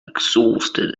exhausted